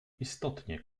istotnie